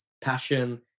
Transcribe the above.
passion